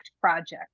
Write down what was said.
Project